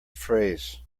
phrase